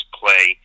play